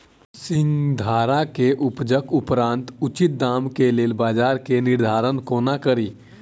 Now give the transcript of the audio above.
सिंघाड़ा केँ उपजक उपरांत उचित दाम केँ लेल बजार केँ निर्धारण कोना कड़ी?